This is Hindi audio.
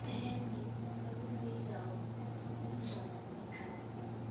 शहर में कभी भी जाओ अपने साधन से जाओ